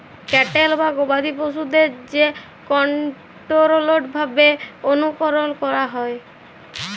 cattle বা গবাদি পশুদের যে কনটোরোলড ভাবে অনুকরল ক্যরা হয়